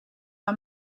him